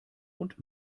und